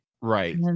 Right